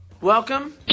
Welcome